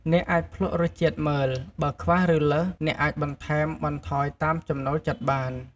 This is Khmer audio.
អ្នកអាចភ្លក្សរសជាតិមើល បើខ្វះ ឬលើស អ្នកអាចបន្ថែមបន្ថយតាមចំណូលចិត្តបាន។